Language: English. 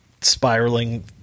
spiraling